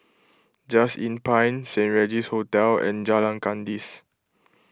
Just Inn Pine Saint Regis Hotel and Jalan Kandis